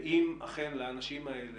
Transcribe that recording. ואם אכן לאנשים האלה,